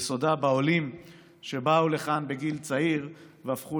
יסודה בעולים שבאו לכאן בגיל צעיר והפכו